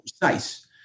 precise